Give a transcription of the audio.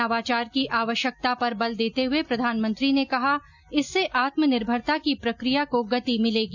नवाचार की आवश्यकता पर बल देते हुए प्रधानमंत्री ने कहा इससे आत्मनिर्भरता की प्रक्रिया को गति मिलेगी